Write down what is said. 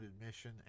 admission